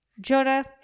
Jonah